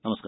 नमस्कार